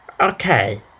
Okay